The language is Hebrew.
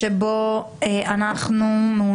ההסתייגות השנייה שאותה אני רוצה להגיש בשם ועדת החינוך,